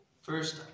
First